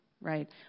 right